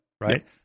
right